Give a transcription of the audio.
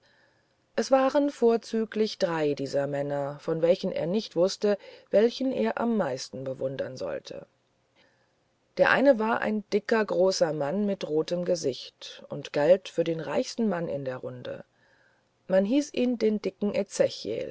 es waren vorzüglich drei dieser männer von welchen er nicht wußte welchen er am meisten bewundern sollte der eine war ein dicker großer mann mit rotem gesicht und galt für den reichsten mann in der runde man hieß ihn den dicken